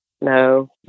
no